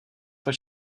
pro